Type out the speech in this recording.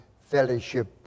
fellowship